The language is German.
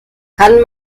kann